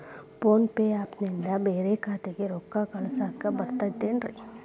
Phone pay app ನಿಂದ ಬ್ಯಾರೆ ಖಾತೆಕ್ ರೊಕ್ಕಾ ಕಳಸಾಕ್ ಬರತೈತೇನ್ರೇ?